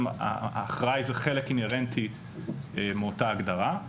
האחראי הוא חלק אינהרנטי מאותה הגדרה.